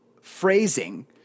phrasing